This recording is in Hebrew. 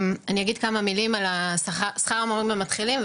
אני אגיד כמה מלים על שכר המורים המתחילים,